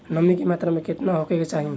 नमी के मात्रा केतना होखे के चाही?